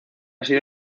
sido